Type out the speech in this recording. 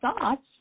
thoughts